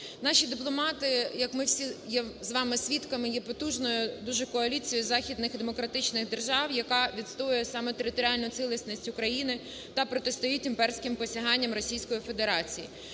Наші дипломати, як ми всі є з вами свідками, є потужною дуже коаліцією західних демократичних держав, яка відстоює саме територіальну цілісність України та протистоїть імперським посяганням Російської Федерації.